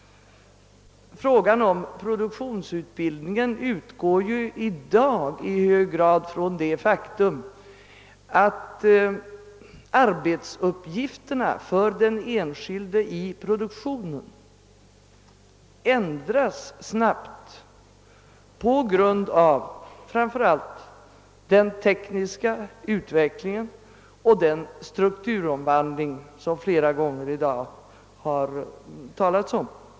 Frågan om produktionsutbildningen sammanhänger i hög grad med det faktum att arbetsuppgifterna för den enskilde i produktionen numera ändras snabbt, på grund av framför allt den tekniska utvecklingen och den strukturomvandling som det flera gånger i dag har talats om.